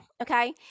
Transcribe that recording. okay